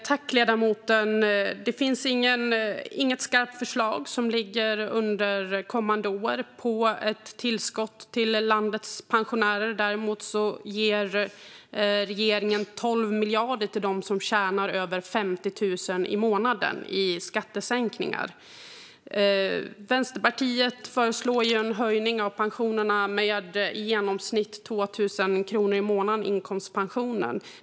Fru talman! Det finns inget skarpt förslag på ett tillskott till landets pensionärer som ligger under kommande år. Däremot ger regeringen 12 miljarder i skattesänkningar till dem som tjänar över 50 000 i månaden. Vänsterpartiet föreslår en höjning av pensionerna med i genomsnitt 2 000 kronor i månaden i inkomstpensionen.